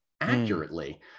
accurately